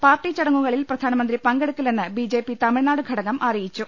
party ചടങ്ങുകളിൽ പ്രധാനമന്ത്രി പങ്കെടുക്കി ല്ലെന്ന് ബിജെപി തമിഴ്നാട് ഘടകം അറിയിച്ചു